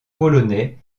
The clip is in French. polonais